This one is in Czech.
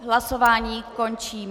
Hlasování končím.